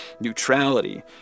neutrality